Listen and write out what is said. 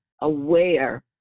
aware